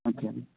okay అండి